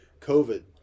COVID